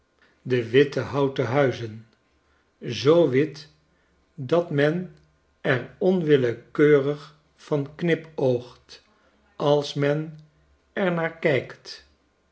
de witte houten huizen zoo wit dat men er onwillekeurig van knipoogt als men er naar kijkt